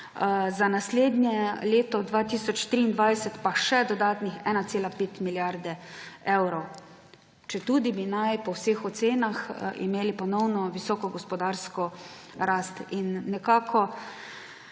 za naslednje leto 2023 pa še dodatnih 1,5 milijarde evrov, četudi bi naj po vseh ocenah imeli ponovno visoko gospodarsko rast. Nekako